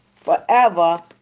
forever